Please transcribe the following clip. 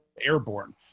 airborne